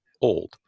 old